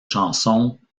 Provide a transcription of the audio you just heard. chansons